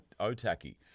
Otaki